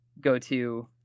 go-to